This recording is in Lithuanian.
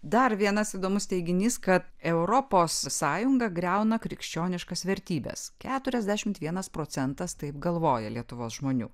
dar vienas įdomus teiginys kad europos sąjunga griauna krikščioniškas vertybes keturiasdešimt vienas procentas taip galvoja lietuvos žmonių